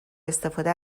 استفاده